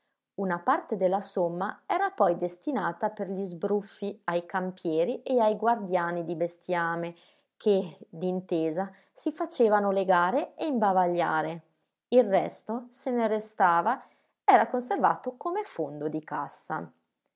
una parte della somma era poi destinata per gli sbruffi ai campieri e ai guardiani di bestiame che d'intesa si facevano legare e imbavagliare il resto se ne restava era conservato come fondo di cassa